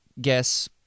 guess